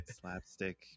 slapstick